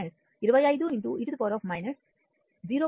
5t ampere పొందుతాము